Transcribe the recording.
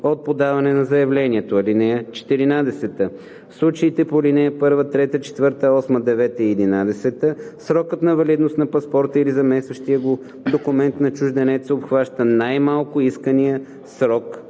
от подаване на заявлението. (14) В случаите по ал. 1, 3, 4, 8, 9 и 11 срокът на валидност на паспорта или заместващия го документ на чужденеца обхваща най-малко искания срок